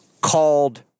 called